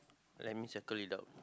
that means I got it out